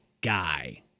guy